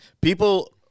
people